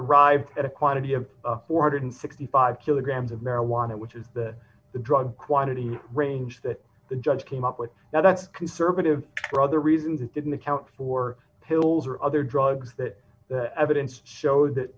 arrive at a quantity of four hundred and sixty five kilograms of marijuana which is that the drug quantity range that the judge came up with now that's conservative for other reasons that didn't account for pills or other drugs that the evidence showed that